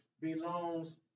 belongs